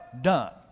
done